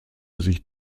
sich